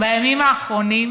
בימים האחרונים